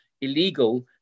illegal